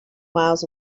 miles